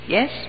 Yes